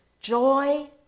joy